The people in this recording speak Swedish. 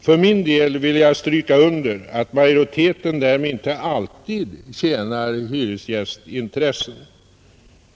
För min del vill jag stryka under att majoriteten därmed inte alltid tjänar hyresgästintressen.